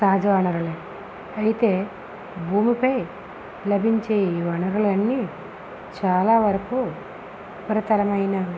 సహజ వనరులే అయితే భూమిపై లభించే ఈ వనరులన్నీ చాలా వరకు ఉపరితలమైన